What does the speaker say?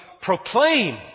proclaim